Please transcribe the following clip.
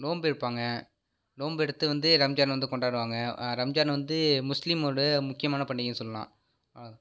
நோன்பு இருப்பாங்க நோம்பு எடுத்து வந்து ரம்ஜான் வந்து கொண்டாடுவாங்க ரம்ஜான் வந்து முஸ்லீமோடய முக்கியமான பண்டிகைன்னு சொல்லெலாம் அவ்வளோ தான்